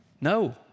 No